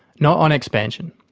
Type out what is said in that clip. not on expansion.